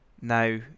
Now